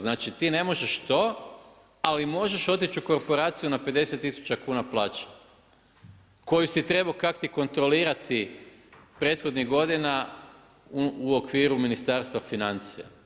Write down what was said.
Znači ti ne možeš to ali možeš otići u korporaciju na 50 tisuća kuna plaće koju si trebao kak'ti kontrolirati prethodnih godina u okviru Ministarstva financija.